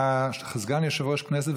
אתה סגן יושב-ראש כנסת,